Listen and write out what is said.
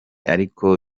ariko